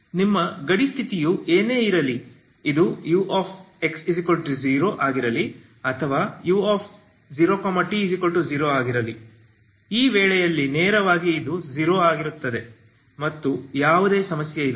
ನಿಮ್ಮ ಗಡಿ ಸ್ಥಿತಿಯು ಏನೇ ಇರಲಿ ಇದು ux0 ಆಗಿರಲಿ ಅಥವಾ u0t0 ಆಗಿರಲಿ ಈ ವೇಳೆಯಲ್ಲಿ ನೇರವಾಗಿ ಇದು 0 ಆಗುತ್ತಿದೆ ಮತ್ತು ಯಾವುದೇ ಸಮಸ್ಯೆ ಇಲ್ಲ